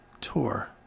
tour